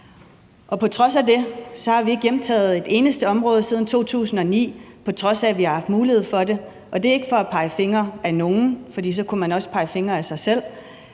På trods af det har vi ikke hjemtaget et eneste område siden 2009, på trods af at vi har haft mulighed for det, og det er ikke for at pege fingre ad nogen, for så kunne man også pege fingre af sig selv.